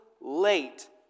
late